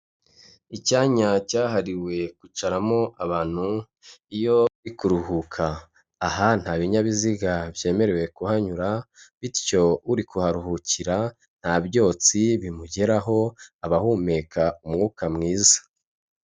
Icyanya cyahariwe kwicaramo abantu iyo bari kuruhuka. Aha nta binyabiziga byemerewe kuhanyura, bityo, uri kuharuhukira nta byotsi bimugeraho, abahumeka umwuka mwiza.